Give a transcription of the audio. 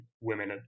women